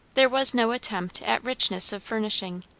there was no attempt at richness of furnishing.